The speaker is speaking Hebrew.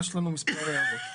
יש לנו מספר הערות.